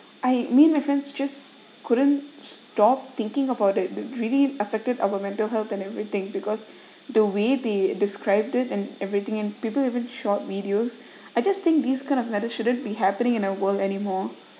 I mean my friends just couldn't stop thinking about it really affected our mental health and everything because the way they described it and everything and people even shot videos I just think these kind of matter shouldn't be happening in a world anymore